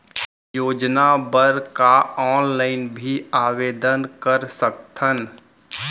योजना बर का ऑनलाइन भी आवेदन कर सकथन?